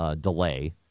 delay